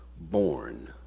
born